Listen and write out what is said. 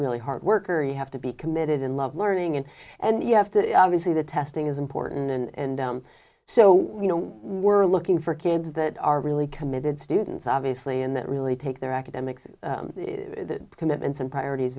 really hard worker you have to be committed and love learning and and you have to see the testing is important and so you know we're looking for kids that are really committed students obviously and that really take their academics commitments and priorities